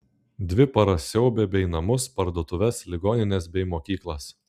dvi paras siaubė bei namus parduotuves ligonines bei mokyklas